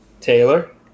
taylor